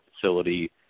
facility